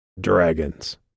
Dragons